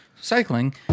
Cycling